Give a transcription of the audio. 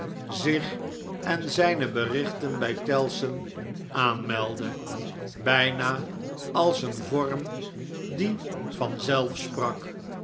zich en zijne berichten bfl tellson aanmeldde bijna als een vorm die vanzelf